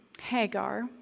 Hagar